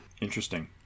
Interesting